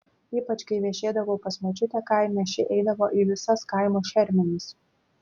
ypač kai viešėdavau pas močiutę kaime ši eidavo į visas kaimo šermenis